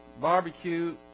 barbecue